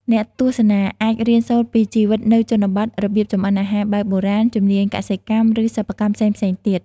អ្នកទស្សនាអាចរៀនសូត្រពី ជីវិតនៅជនបទ របៀបចម្អិនអាហារបែបបុរាណ ជំនាញកសិកម្ម ឬសិប្បកម្មផ្សេងៗទៀត។